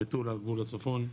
במטולה, בגבול הצפון.